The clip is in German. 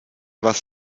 was